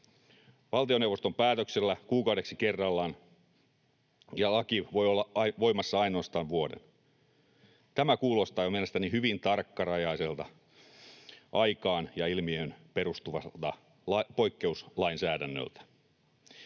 Valtioneuvoston päätöksellä kuukaudeksi kerrallaan, ja laki voi olla voimassa ainoastaan vuoden — tämä kuulostaa jo mielestäni hyvin tarkkarajaiselta, aikaan ja ilmiöön perustuvalta poikkeuslainsäädännöltä.